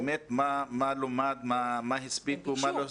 מה לומד, מה הספיקו ומה לא הספיקו?